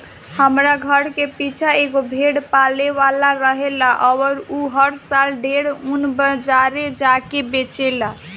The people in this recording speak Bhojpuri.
हमरा घर के पीछे एगो भेड़ पाले वाला रहेला अउर उ हर साल ढेरे ऊन बाजारे जा के बेचेला